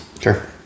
Sure